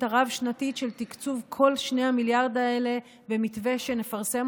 הרב-שנתית של תקצוב כל 2 המיליארד האלה במתווה שנפרסם